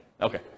okay